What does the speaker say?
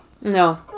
No